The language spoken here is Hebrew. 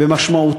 ומשמעות